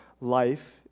life